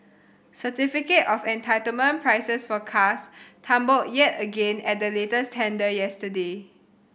certificate of entitlement prices for cars tumbled yet again at the latest tender yesterday